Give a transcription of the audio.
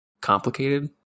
complicated